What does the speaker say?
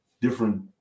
different